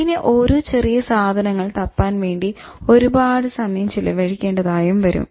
പിന്നെ ഓരോ ചെറിയ സാധനങ്ങൾ തപ്പാൻ വേണ്ടി ഒരുപാട് സമയം ചിലവഴിക്കേണ്ടതായി വരും